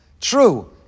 True